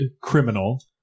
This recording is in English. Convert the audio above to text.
criminal